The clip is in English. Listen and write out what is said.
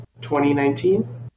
2019